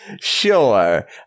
Sure